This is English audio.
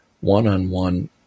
one-on-one